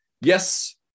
Yes